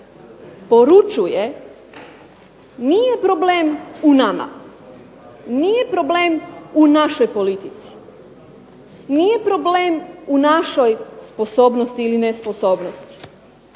poručuje nije problem u nama, nije problem u našoj politici, nije problem u našoj sposobnosti ili nesposobnosti,